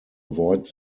avoid